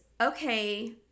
okay